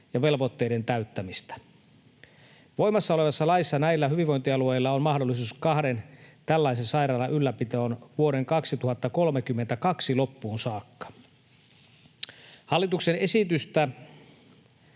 ja velvoitteiden täyttämistä. Voimassa olevassa laissa näillä hyvinvointialueilla on mahdollisuus kahden tällaisen sairaalan ylläpitoon vuoden 2032 loppuun saakka. Hallituksen esitystä